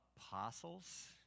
Apostles